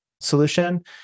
solution